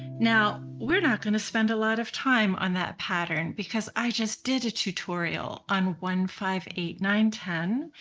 now we're not going to spend a lot of time on that pattern because i just did a tutorial on one five eight nine ten.